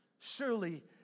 surely